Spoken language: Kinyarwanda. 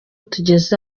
tugeze